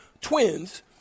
twins